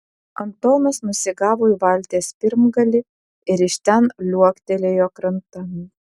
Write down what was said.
antonas nusigavo į valties pirmgalį ir iš ten liuoktelėjo krantan